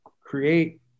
create